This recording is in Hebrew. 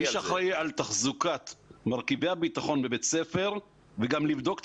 מי שאחראי על תחזוקת מרכיבי הביטחון בבית ספר וגם לבדוק את